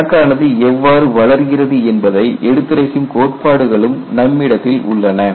crack எவ்வாறு வளர்கிறது என்பதை எடுத்துரைக்கும் கோட்பாடுகளும் நம்மிடத்தில் உள்ளன